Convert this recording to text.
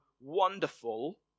wonderful